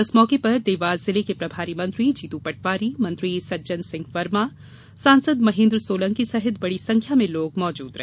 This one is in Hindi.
इस मौके पर देवास जिले के प्रभारी मंत्री जीतू पटवारी मंत्री सज्जन सिंह वर्मा सांसद महेन्द्र सोलंकी सहित बड़ी संख्या में लोग मौजूद रहे